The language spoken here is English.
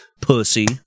Pussy